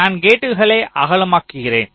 நான் கேட்களை அகலமாக்குகிறேன்